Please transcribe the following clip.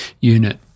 unit